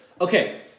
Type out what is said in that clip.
Okay